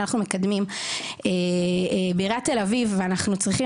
שאנחנו מקדמים אותו בעיריית תל אביב ואנחנו צריכים